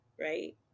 right